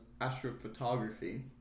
astrophotography